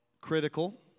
critical